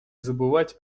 забывать